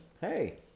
hey